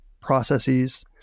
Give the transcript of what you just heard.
processes